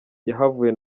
yahavuye